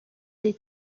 des